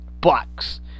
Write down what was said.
bucks